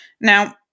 Now